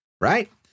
right